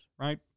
right